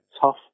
tough